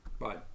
Bye